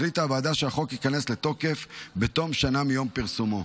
החליטה הוועדה שהחוק ייכנס לתוקף בתום שנה מיום פרסומו.